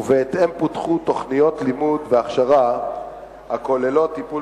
ובהתאם פותחו תוכניות לימוד והכשרה הכוללות טיפול